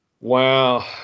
Wow